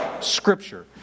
Scripture